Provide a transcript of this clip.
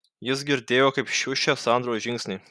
jis girdėjo kaip šiuša sandros žingsniai